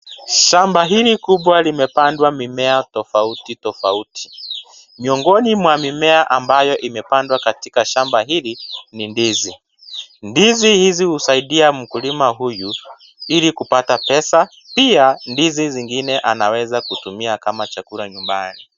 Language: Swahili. Shamba hili kubwa limepandwa mimea tofauti tofauti. Miongoni mwa mimea ambayo imepandwa katoka shamba hili ni ndizi. Ndizi hizi husaidia mkulima huyu ili kupata pesa, pia ndizi zingine anaweza kutumia kama chakula nyumbani.